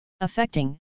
affecting